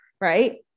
right